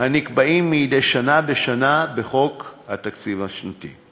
הנקבעים מדי שנה בשנה בחוק התקציב השנתי.